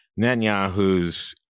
Netanyahu's